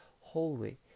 holy